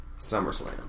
SummerSlam